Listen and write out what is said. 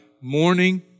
morning